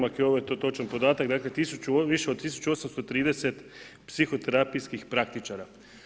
Ako je ovo točan podatak, dakle više od 1830 psihoterapijskih praktičara.